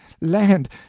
Land